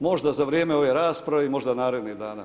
Možda za vrijeme ove rasprave i možda narednih dana.